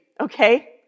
okay